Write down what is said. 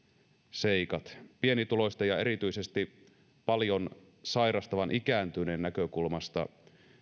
seikat pienituloisten ja erityisesti paljon sairastavien ikääntyneiden näkökulmasta